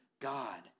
God